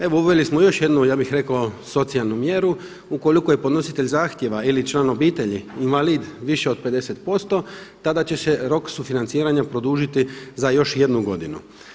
Evo uveli smo još jednu, ja bih rekao, socijalnu mjeru, ukoliko je podnositelj zahtjeva ili član obitelji invalid više od 50% tada će se rok sufinanciranja produžiti za još jednu godinu.